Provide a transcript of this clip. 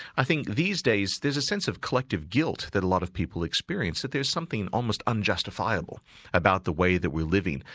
i think these days there's a sense of collective guilt that a lot of people experience, that there's something almost unjustifiable about the way that we're living,